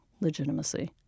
legitimacy